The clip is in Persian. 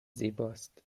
زیباست